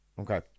okay